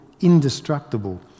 indestructible